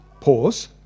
Pause